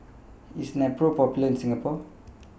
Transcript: IS Nepro Popular in Singapore